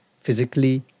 physically